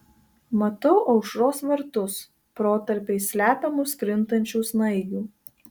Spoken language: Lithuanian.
matau aušros vartus protarpiais slepiamus krintančių snaigių